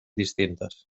distintes